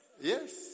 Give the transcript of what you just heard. Yes